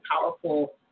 powerful